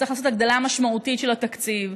צריך לעשות הגדלה משמעותית של התקציב,